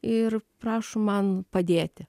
ir prašom man padėti